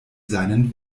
seinen